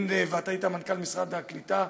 אתה היית מנכ"ל משרד הקליטה,